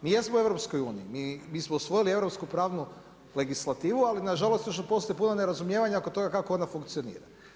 Mi jesno u EU-u i mi smo usvojili europsku pravnu legislativu ali nažalost još postoji puno nerazumijevanja oko toga kako ona funkcionira.